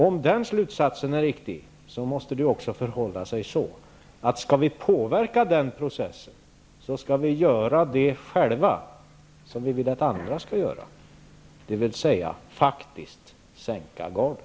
Om vi kommer till den slutsatsen måste det också förhålla sig så, att om vi skall påverka den processen måste vi själva göra detsamma som vi vill att andra skall göra, dvs. faktiskt sänka garden.